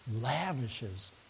lavishes